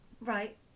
Right